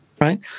Right